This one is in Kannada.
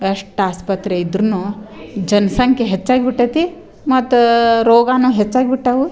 ಎಷ್ಟು ಆಸ್ಪತ್ರೆ ಇದ್ರು ಜನಸಂಖ್ಯೆ ಹೆಚ್ಚಾಗಿ ಬಿಟೈತೆ ಮತ್ತೆ ರೋಗನು ಹೆಚ್ಚಾಗಿ ಬಿಟ್ಟಾವು